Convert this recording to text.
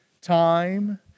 time